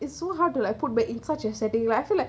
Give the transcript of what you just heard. it's so hard to like put back in such as setting like I feel like